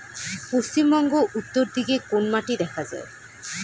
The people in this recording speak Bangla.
পশ্চিমবঙ্গ উত্তর দিকে কোন মাটি দেখা যায়?